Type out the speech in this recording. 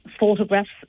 photographs